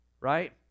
right